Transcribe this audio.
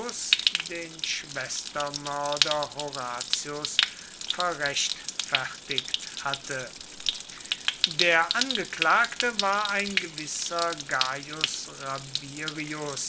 den schwestermörder horatius verrechtfertigt hatte der angeklagte war ein gewisser